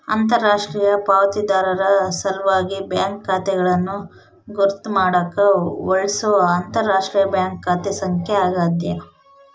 ಅಂತರರಾಷ್ಟ್ರೀಯ ಪಾವತಿದಾರರ ಸಲ್ವಾಗಿ ಬ್ಯಾಂಕ್ ಖಾತೆಗಳನ್ನು ಗುರುತ್ ಮಾಡಾಕ ಬಳ್ಸೊ ಅಂತರರಾಷ್ಟ್ರೀಯ ಬ್ಯಾಂಕ್ ಖಾತೆ ಸಂಖ್ಯೆ ಆಗ್ಯಾದ